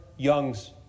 Young's